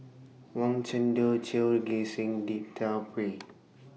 Wang Chunde Ghim Seng